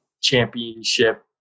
championship